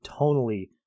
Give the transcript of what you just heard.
tonally